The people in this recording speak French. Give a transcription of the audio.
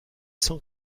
cent